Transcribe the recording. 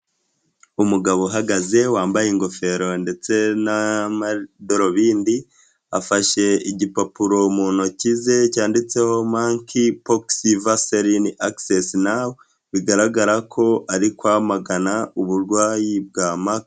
Umugabo uhagaze wambaye ingofero ndetse n'amadarubindi afashe igipapuro mu ntoki ze cyanditseho banki posi veserini akisesi nawu bigaragara ko ari kwamagana uburwayi bwa ma.